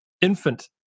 infant